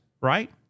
right